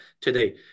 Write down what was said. today